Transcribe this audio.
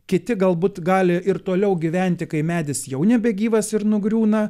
kiti galbūt gali ir toliau gyventi kai medis jau nebegyvas ir nugriūna